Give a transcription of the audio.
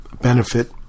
benefit